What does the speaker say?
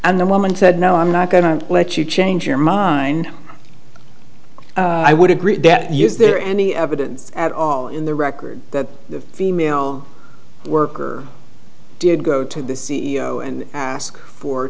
and the woman said no i'm not going to let you change your mind i would agree that yes there any evidence at all in the record that the female worker did go to the c e o and ask for